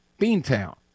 Beantown